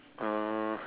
uh